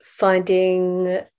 finding